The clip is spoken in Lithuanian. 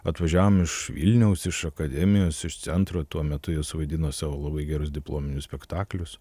atvažiavom iš vilniaus iš akademijos iš centro tuo metu jos vaidino savo labai gerus diplominius spektaklius